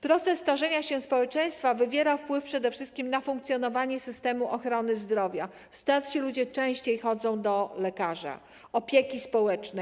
Proces starzenia się społeczeństwa wywiera wpływ przede wszystkim na funkcjonowanie systemu ochrony zdrowia - starsi ludzie częściej chodzą do lekarza, korzystają z opieki społecznej.